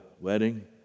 wedding